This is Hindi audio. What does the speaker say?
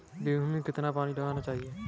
गेहूँ में कितना पानी लगाना चाहिए?